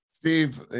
Steve